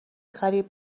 قریب